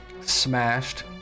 smashed